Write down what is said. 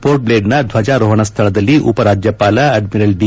ಪೋರ್ಟ್ಬ್ಲೇರ್ನ ಧ್ಯಜಾರೋಹಣ ಸ್ಥಳದಲ್ಲಿ ಉಪರಾಜ್ಯಪಾಲ ಅಡ್ಮಿರಲ್ ಡಿ